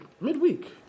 midweek